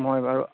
মই বাৰু